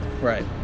right